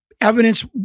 evidence